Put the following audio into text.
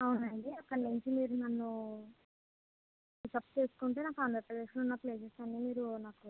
అవునండీ అక్కడ నుంచి మీరు నన్ను పిక్అప్ చేసుకుంటే నాకు ఆంధ్రప్రదేశ్లో ఉన్న ప్లేసెస్ అన్నీ మీరు నాకు